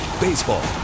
Baseball